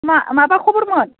मा माबा खबरमोन